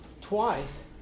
twice